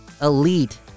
Elite